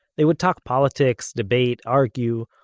they would talk politics, debate, argue,